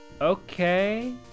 Okay